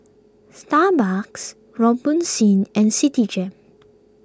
Starbucks Robitussin and Citigem